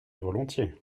volontiers